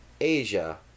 Asia